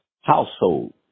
household